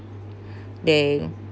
they